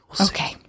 Okay